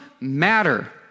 matter